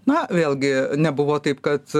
na vėlgi nebuvo taip kad